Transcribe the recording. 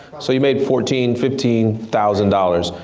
so you made fourteen, fifteen thousand dollars?